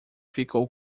ficou